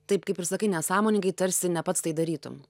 taip kaip ir sakai nesąmoningai tarsi ne pats tai darytum